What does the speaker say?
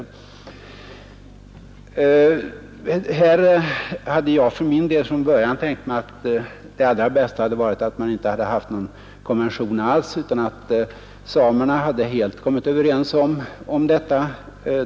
Här hade jag för min del från början tänkt mig att det allra bästa hade varit att man inte haft någon konvention alls utan att de norska och svenska samerna hade helt kommit överens om detta.